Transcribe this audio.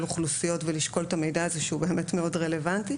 אוכלוסיות ולשקול את המידע הזה שבאמת מאוד רלוונטי